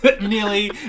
nearly